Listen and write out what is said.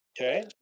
Okay